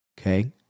Okay